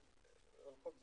כל זה